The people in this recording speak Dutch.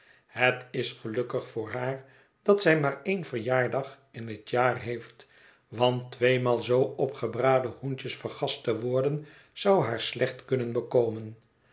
het is gelukkig voor haar dat zij maar één verjaardag in het jaar heeft want tweemaal zoo op gebraden hoentjes vergast te worden zou haar slecht kunnen bekomen